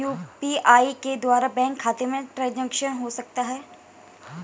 क्या यू.पी.आई के द्वारा बैंक खाते में ट्रैन्ज़ैक्शन हो सकता है?